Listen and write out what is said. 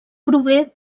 prové